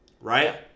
right